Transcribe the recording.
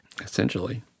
essentially